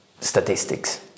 statistics